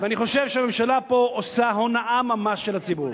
אני חושב שהממשלה עושה פה הונאה ממש של הציבור.